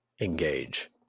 engage